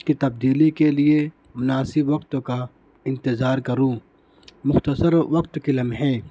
کی تبدیلی کے لیے مناسب وقت کا انتظار کروں مختصر وقت کے لمحے